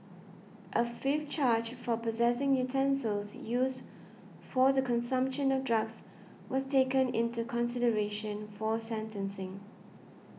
a fifth charge for possessing utensils used for the consumption of drugs was taken into consideration for sentencing